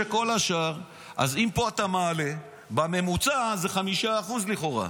אז אם פה אתה מעלה, בממוצע זה 5% לכאורה,